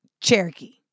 Cherokee